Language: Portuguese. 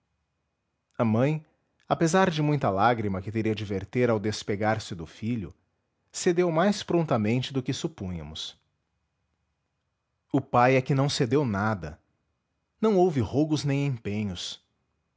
a mãe apesar de muita lágrima que teria de verter ao despegar se do filho cedeu mais prontamente do que supúnhamos o pai é que não cedeu nada não houve rogos nem empenhos